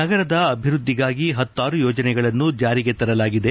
ನಗರದ ಅಭಿವೃದ್ದಿಗಾಗಿ ಹತ್ತಾರು ಯೋಜನೆಗಳನ್ನು ಜಾರಿಗೆ ತರಲಾಗಿದೆ